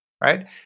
right